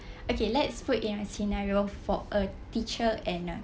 okay let's put in a scenario for a teacher and a